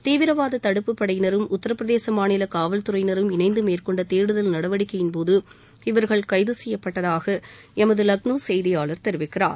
தீவிரவாத தடுப்புப் படையினரும் உத்தரப் பிரதேச மாநில காவல்துறையினரும் இணைந்து மேற்கொண்ட தேடுதல் நடவடிக்கையின் போது இவர்கள் கைது செய்யப்பட்டதாக எமது லக்னோ செய்தியாளர் தெரிவிக்கிறார்